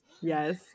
Yes